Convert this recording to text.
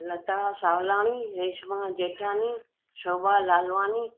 Lata Sawlani Reshma Jethani Shobha Lalwani